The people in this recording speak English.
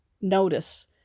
notice